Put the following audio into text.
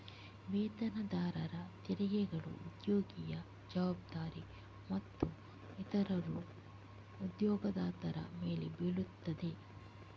ವೇತನದಾರರ ತೆರಿಗೆಗಳು ಉದ್ಯೋಗಿಯ ಜವಾಬ್ದಾರಿ ಮತ್ತು ಇತರವು ಉದ್ಯೋಗದಾತರ ಮೇಲೆ ಬೀಳುತ್ತವೆ